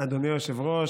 אדוני היושב-ראש,